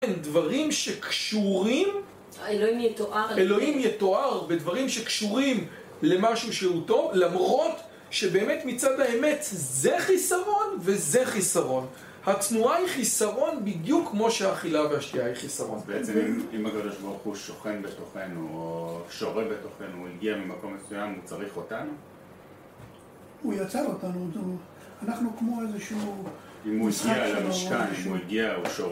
דברים שקשורים אלוהים יתואר על ידי.., אלוהים יתואר בדברים שקשורים למשהו שהוא טוב למרות שבאמת מצד האמת זה חיסרון וזה חיסרון התנועה היא חיסרון בדיוק כמו שהאכילה והשקיעה היא חיסרון אז בעצם אם הקדוש ברוך שוכן בתוכנו או שורה בתוכנו הוא הגיע ממקום מסוים, הוא צריך אותנו? הוא יצר אותנו אנחנו כמו איזשהו משחק שלו... אם הוא הגיע למשכן אם הוא הגיע הוא שור..